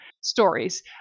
Stories